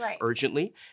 urgently